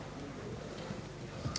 Hvala